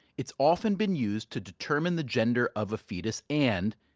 it's often been used to determine the gender of a fetus and,